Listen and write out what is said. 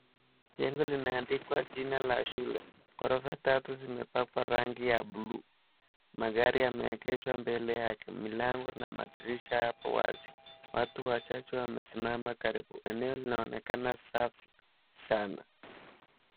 Jengo limeandikwa jina la shule. Ghorofa tatu zimepakwa rangi ya buluu. Magari yameengeshwa mbele yake. Milango na madirisha yapo wazi. Watu wachache wamesimama karibu. Eneo linaonekana safi sana.